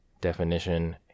Definition